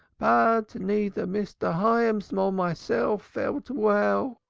but neither mr. hyams nor myself felt well,